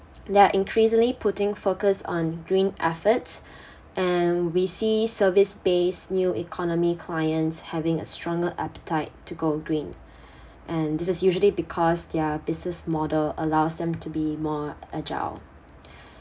they are increasingly putting focus on green efforts and we see service based new economy clients having a stronger appetite to go green and this is usually because their business model allows them to be more agile